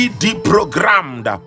deprogrammed